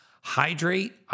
Hydrate